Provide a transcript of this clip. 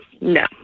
no